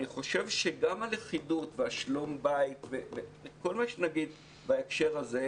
אני חושב שגם הלכידות והשלום-בית וכל מה שנגיד בהקשר הזה,